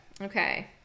Okay